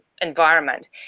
environment